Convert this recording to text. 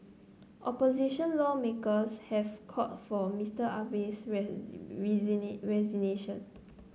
opposition lawmakers have called for Mister Abe's resignation